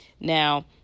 Now